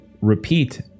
repeat